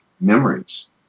memories